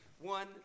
One